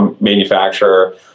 manufacturer